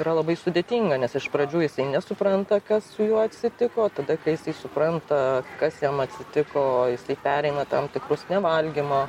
yra labai sudėtinga nes iš pradžių jisai nesupranta kas su juo atsitiko tada kai jisai supranta kas jam atsitiko jisai pereina tam tikrus nevalgymo